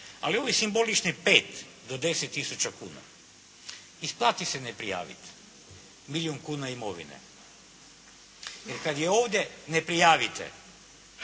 Ali, ovih simboličnih 5 do 10 tisuća kuna, isplati se ne prijaviti milijun kuna imovine, jer kad je ovdje ne prijavite,